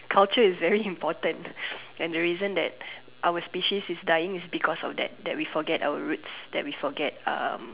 culture is very important and the reason that our species is dying is because of that that we forget our roots that we forget um